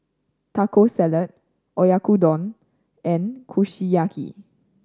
Taco Salad Oyakodon and Kushiyaki